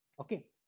okay